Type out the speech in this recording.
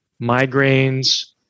migraines